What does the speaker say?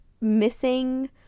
missing